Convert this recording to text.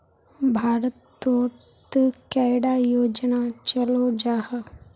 भारत तोत कैडा योजना चलो जाहा?